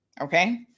okay